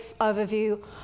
overview